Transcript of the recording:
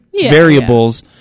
variables